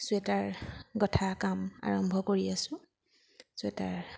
sweater গঁঠা কাম আৰম্ভ কৰি আছো চুৱেটাৰ